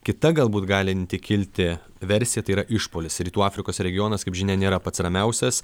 kita galbūt galinti kilti versija tai yra išpuolis rytų afrikos regionas kaip žinia nėra pats ramiausias